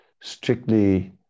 strictly